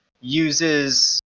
uses